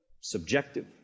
subjective